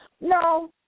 No